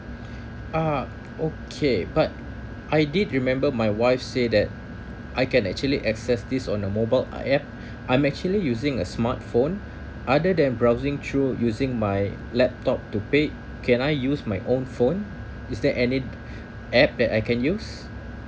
ah okay but I did remember my wife say that I can actually access this on the mobile app I'm actually using a smartphone other than browsing through using my laptop to pay can I use my own phone is there any app that I can use